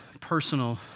personal